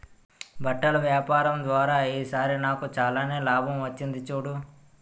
బట్టల వ్యాపారం ద్వారా ఈ సారి నాకు చాలానే లాభం వచ్చింది చూడు